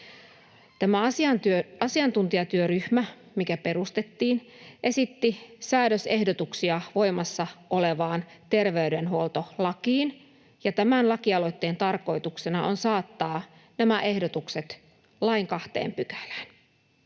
Tämä asiantuntijatyöryhmä, mikä perustettiin, esitti säädös-ehdotuksia voimassa olevaan terveydenhuoltolakiin, ja tämän lakialoitteen tarkoituksena on saattaa nämä ehdotukset lain kahteen pykälään.